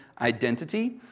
identity